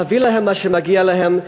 להביא להם מה שמגיע להם.